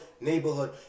neighborhood